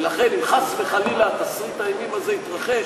ולכן אם חס וחלילה תסריט האימים הזה יתרחש,